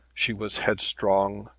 she was headstrong,